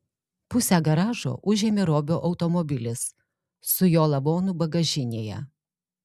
pusę garažo užėmė robio automobilis su jo lavonu bagažinėje